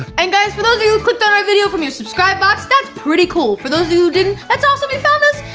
and guys, for those of you who clicked on our video from your subscribe box, that's pretty cool. for those of you who didn't, that's awesome you found us,